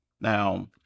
Now